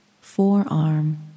Forearm